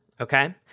okay